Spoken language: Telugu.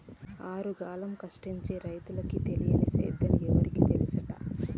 ఆరుగాలం కష్టించి రైతన్నకి తెలియని సేద్యం ఎవరికి తెల్సంట